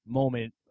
moment